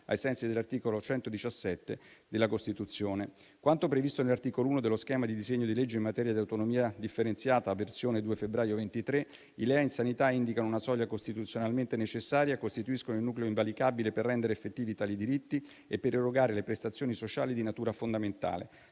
ai sensi dell'articolo 117 della Costituzione. Secondo quanto previsto nell'articolo 1 dello schema di disegno di legge in materia di autonomia differenziata, nella versione del 2 febbraio 2023, i LEA in sanità indicano una soglia costituzionalmente necessaria e costituiscono il nucleo invalicabile per rendere effettivi tali diritti e per erogare le prestazioni sociali di natura fondamentale,